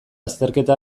azterketa